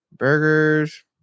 Burgers